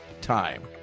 Time